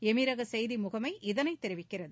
எமிரக செய்தி முகமை இதனைத் தெரிவிக்கிறது